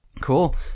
Cool